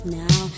now